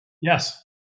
Yes